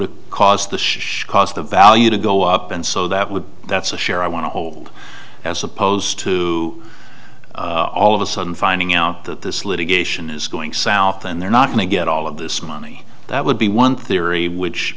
have cost the show cause the value to go up and so that would that's a share i want to hold as opposed to all of a sudden finding out that this litigation is going south and they're not may get all of this money that would be one theory which